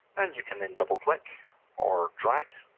and you can then double click or drag